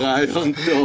השיטור העירוני מה שנקרא,